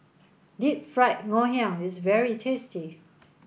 Deep Fried Ngoh Hiang is very tasty